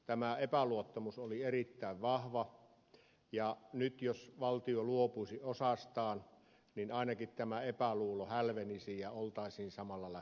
tämä epäluottamus oli erittäin vahva ja nyt jos valtio luopuisi osastaan niin ainakin tämä epäluulo hälvenisi ja oltaisiin samalla lähtöviivalla